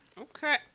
Okay